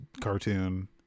cartoon